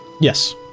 Yes